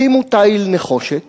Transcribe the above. שימו תיל נחושת